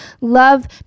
love